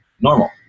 normal